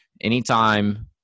Anytime